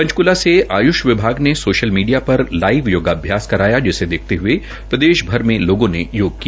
पंचकला में आय़ष आयुष विभाग ने सोशल मीडिया पर लाइव योगाभयास करवाया जिसे देखते हये प्रदेश भर में लोगों ने योग किया